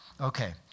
Okay